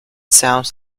sounds